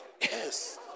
Yes